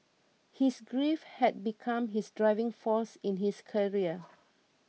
his grief had become his driving force in his career